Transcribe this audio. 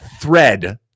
thread